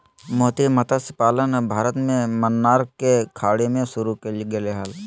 मोती मतस्य पालन भारत में मन्नार के खाड़ी में शुरु कइल गेले हल